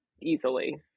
easily